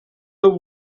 the